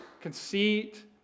conceit